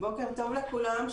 בוקר טוב לכולם,